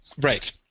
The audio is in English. Right